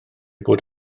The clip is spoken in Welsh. bod